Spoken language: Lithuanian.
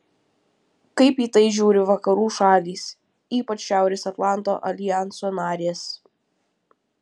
kaip į tai žiūri vakarų šalys ypač šiaurės atlanto aljanso narės